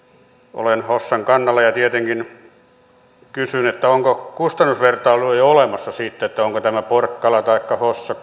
olen hossan kannalla ja tietenkin kysyn onko kustannusvertailua jo olemassa siitä kumpi on sitten edullisempaa perustaa porkkala taikka hossa